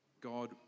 God